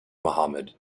mohammed